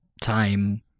time